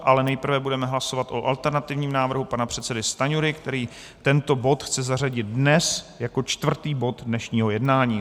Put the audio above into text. Ale nejprve budeme hlasovat o alternativním návrhu pana předsedy Stanjury, který tento bod chce zařadit dnes jako čtvrtý bod dnešního jednání.